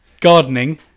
Gardening